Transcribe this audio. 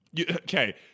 Okay